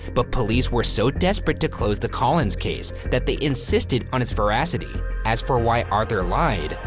but police were so desperate to close the collins case that they insisted on it's veracity. as for why arthur lied,